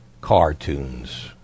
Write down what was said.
cartoons